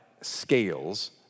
scales